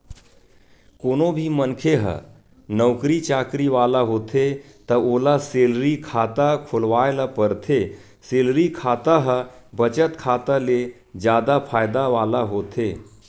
कोनो भी मनखे ह नउकरी चाकरी वाला होथे त ओला सेलरी खाता खोलवाए ल परथे, सेलरी खाता ह बचत खाता ले जादा फायदा वाला होथे